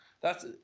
thats